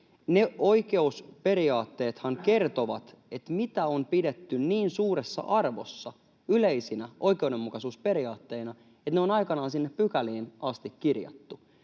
Ne oikeusperiaatteethan kertovat, mitä on pidetty niin suuressa arvossa yleisinä oikeudenmukaisuusperiaatteina, että ne on aikanaan sinne pykäliin asti kirjattu.